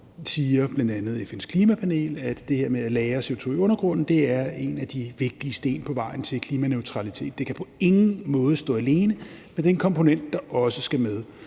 siger bl.a., at det her med at lagre CO2 i undergrunden er en af de vigtige trædesten på vejen til klimaneutralitet. Det kan på ingen måde stå alene, men det er en komponent, der også skal med.